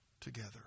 together